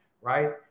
Right